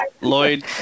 Lloyd